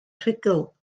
rhugl